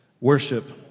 worship